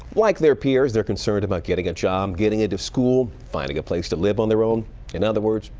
like their peers, they're concerned about getting a job, getting into school, finding a place to live on their own in other words,